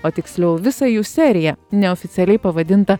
o tiksliau visą jų seriją neoficialiai pavadintą